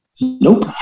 nope